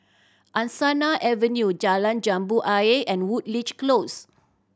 Angsana Avenue Jalan Jambu Ayer and Woodleigh Close